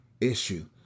issue